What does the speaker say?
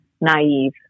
naive